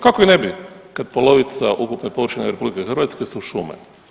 Kako i ne bi kad polovica ukupne površine RH su šume.